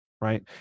right